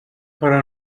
però